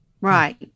Right